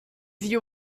you